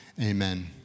Amen